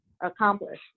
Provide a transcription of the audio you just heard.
accomplish